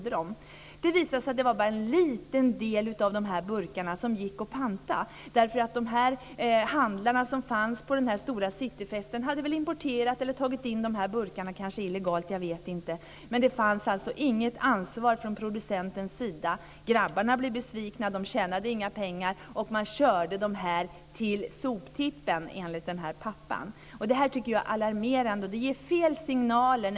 Det visade sig att det var bara en liten del av burkarna som gick att panta, därför att handlarna på den stora cityfesten hade väl importerat eller tagit in burkarna illegalt. Det fanns alltså inget ansvar från producentens sida. Grabbarna blev besvikna; de tjänade ju inga pengar. Man körde burkarna till soptippen, enligt pappan. Det här är alarmerande, och det ger fel signaler.